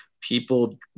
people